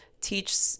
teach